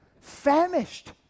famished